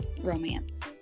romance